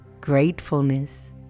gratefulness